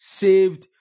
saved